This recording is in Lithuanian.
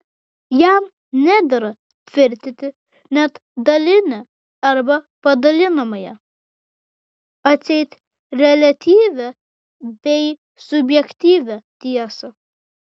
jam nedera tvirtinti net dalinę arba padalinamąją atseit reliatyvią bei subjektyvią tiesą